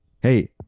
hey